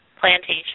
plantation